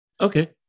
Okay